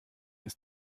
ist